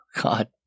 God